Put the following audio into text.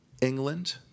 England